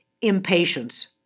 impatience